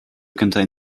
contain